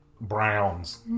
Browns